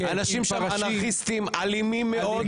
אנשים שם, אנרכיסטים, אלימים מאוד.